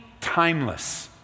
Timeless